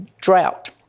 drought